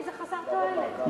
כי זה חסר תועלת, זה חסר תועלת.